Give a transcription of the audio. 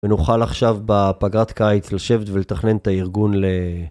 ונוכל עכשיו בפגרת קיץ לשבת ולתכנן את הארגון ל...